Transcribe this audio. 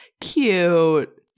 Cute